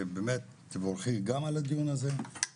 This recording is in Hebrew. איך מתנהלים פה הדיונים בצורה עניינית ומכובדת אחד לשני,